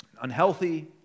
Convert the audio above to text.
unhealthy